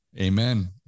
amen